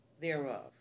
thereof